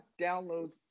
downloads